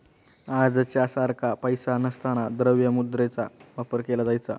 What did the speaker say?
आजच्या सारखा पैसा नसताना द्रव्य मुद्रेचा वापर केला जायचा